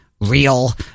real